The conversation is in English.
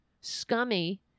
scummy